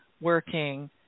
working